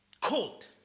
cold